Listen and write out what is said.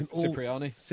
Cipriani